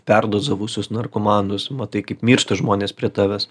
perdozavusius narkomanus matai kaip miršta žmonės prie tavęs